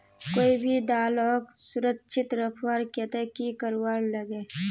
कोई भी दालोक सुरक्षित रखवार केते की करवार लगे?